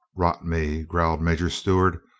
rot me! growled major stewart,